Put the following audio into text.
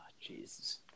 Jesus